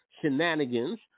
shenanigans